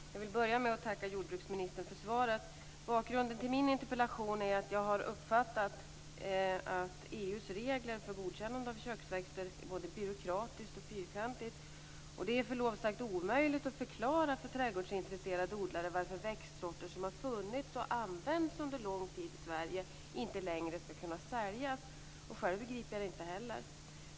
Herr talman! Jag vill börja med att tacka jordbruksministern för svaret. Bakgrunden till min interpellation är att jag har uppfattat att EU:s regler för godkännande av köksväxter är både byråkratiska och fyrkantiga. Det är med förlov sagt omöjligt att förklara för trädgårdsintresserade odlare varför växtsorter som har funnits och använts under lång tid i Sverige inte längre skall kunna säljas. Själv begriper jag det inte heller.